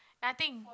nothing